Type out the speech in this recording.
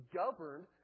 governed